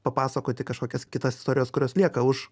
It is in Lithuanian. papasakoti kažkokias kitas istorijas kurios lieka už